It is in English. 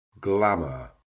Glamour